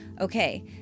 okay